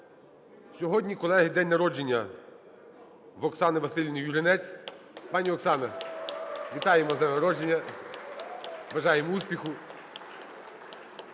Сьогодні, колеги, день народження в Оксани Василівни Юринець. Пані Оксано, вітаємо з днем народження, бажаємо успіху.